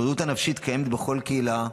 הבריאות הנפשית קיימת בכל קהילה,